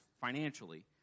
financially